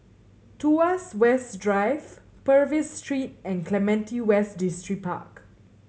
Tuas West Drive Purvis Street and Clementi West Distripark